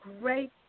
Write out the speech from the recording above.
great